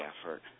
effort